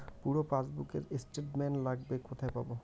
পুরো পাসবুকের স্টেটমেন্ট লাগবে কোথায় পাব?